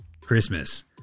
Christmas